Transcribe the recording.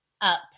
up